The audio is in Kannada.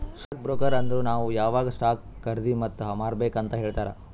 ಸ್ಟಾಕ್ ಬ್ರೋಕರ್ ಅಂದುರ್ ನಾವ್ ಯಾವಾಗ್ ಸ್ಟಾಕ್ ಖರ್ದಿ ಮತ್ ಮಾರ್ಬೇಕ್ ಅಂತ್ ಹೇಳ್ತಾರ